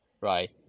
right